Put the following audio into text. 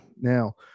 now